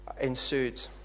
ensued